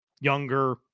younger